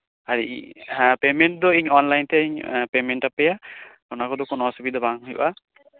ᱟᱨ payment ᱫᱚ ᱤᱧ online ᱛᱤᱧ ᱯᱮᱢᱮᱱ ᱟᱯᱮᱭᱟ ᱚᱱᱟ ᱠᱚᱫᱚ ᱠᱳᱱᱳ ᱚᱥᱩᱵᱤᱫᱷᱟ ᱵᱟᱝ ᱦᱩᱭᱩᱜᱼᱟ